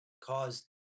caused